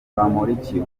bamporiki